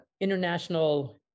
international